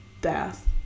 death